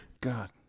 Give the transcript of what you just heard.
God